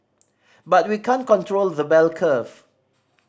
but we can't control the bell curve